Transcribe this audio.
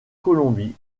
colombie